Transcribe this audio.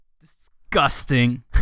Disgusting